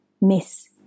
miss